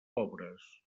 pobres